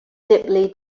deeply